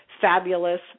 fabulous